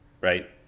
right